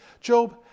Job